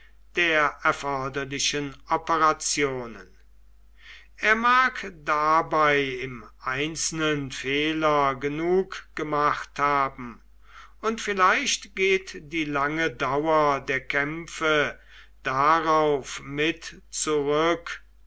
der erforderlichen operationen er mag dabei im einzelnen fehler genug gemacht haben und vielleicht geht die lange dauer der kämpfe darauf mit zurück